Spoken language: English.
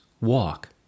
walk